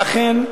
ואכן,